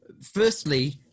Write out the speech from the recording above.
Firstly